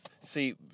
See